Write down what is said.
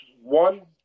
one